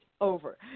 over